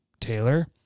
Taylor